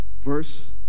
verse